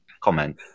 comment